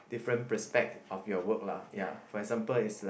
different prospect of your work lah ya for example it's like